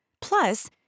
Plus